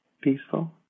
peaceful